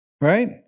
right